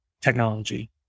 technology